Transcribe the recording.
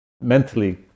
mentally